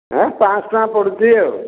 ହଁ ପାଞ୍ଚଶହ ଟଙ୍କା ପଡ଼ୁଛି ଆଉ